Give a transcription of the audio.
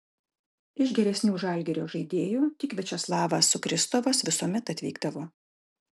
iš geresnių žalgirio žaidėjų tik viačeslavas sukristovas visuomet atvykdavo